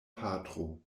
patro